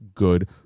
good